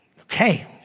Okay